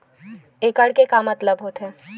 एकड़ के मतलब का होथे?